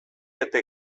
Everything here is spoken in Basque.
eta